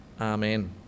Amen